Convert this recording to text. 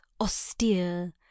austere